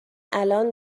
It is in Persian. الان